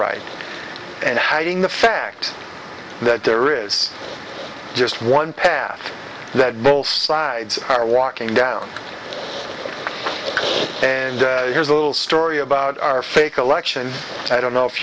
right and hiding the fact that there is just one path that both sides are walking down and here's a little story about our fake election i don't know if